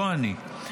לא אני,